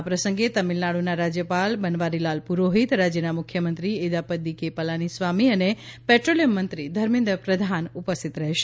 આ પ્રસંગે તમીલનાડુના રાજયપાલ બનવારીલાલ પુરોફીત રાજયના મુખ્યમંત્રી એદાપદી કે પલાનીસ્વામી અને પેટ્રોલીયમ મંત્રી ધર્મેન્દ્ર પ્રધાન ઉપસ્થિત રહેશે